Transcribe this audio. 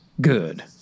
Good